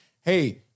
hey